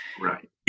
Right